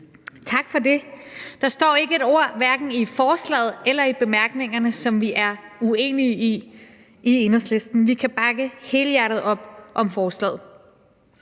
Tak for det. Der står ikke et ord i hverken forslaget eller i bemærkningerne, som vi er uenige i i Enhedslisten, så vi kan bakke helhjertet op om forslaget.